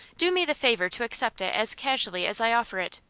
do me the favour to accept it as casually as i offer it.